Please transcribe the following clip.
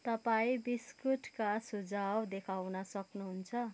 तपाईँ बिस्कुटका सुझाउ देखाउन सक्नुहुन्छ